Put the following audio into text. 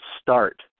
start